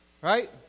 Right